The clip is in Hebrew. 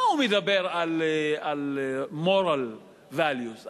מה הוא מדבר על moral values,